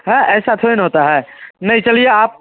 हाँ ऐसा थोड़े ना होता है नहीं चलिए आप